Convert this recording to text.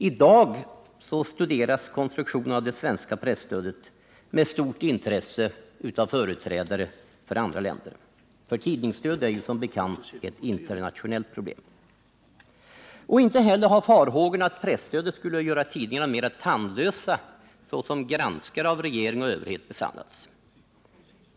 I dag studeras konstruktionen av det svenska presstödet med stort intresse av företrädare för andra länder. Tidningsdöd är som bekant ett internationellt problem. Inte heller har farhågorna att presstödet skulle göra tidningarna mera tandlösa såsom granskare av regering och överhet besannats.